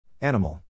Animal